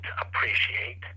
appreciate